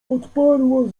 odparła